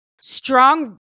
strong